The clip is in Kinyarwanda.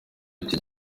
icyo